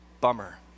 Bummer